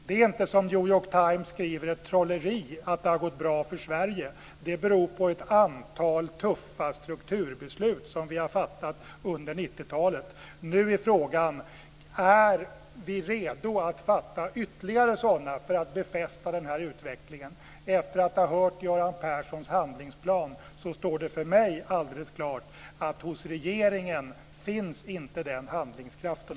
Det är inte som New York Times skriver, ett trolleri att det har gått bra för Sverige. Det beror på ett antal tuffa strukturbeslut som vi har fattat under 90-talet. Nu är frågan: Är vi redo att fatta ytterligare sådana för att befästa den här utvecklingen. Efter att ha hört Göran Perssons handlingsplan, står det för mig alldeles klart att den handlingskraften inte finns hos regeringen.